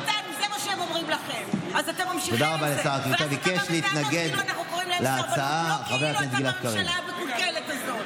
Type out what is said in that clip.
ביקש להתנגד להצעה חבר הכנסת גלעד קריב.